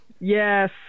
Yes